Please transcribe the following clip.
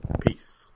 Peace